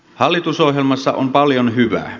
hallitusohjelmassa on paljon hyvää